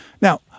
Now